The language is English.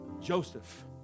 Joseph